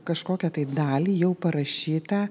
kažkokią tai dalį jau parašytą